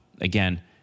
again